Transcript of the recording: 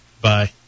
Bye